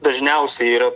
dažniausiai yra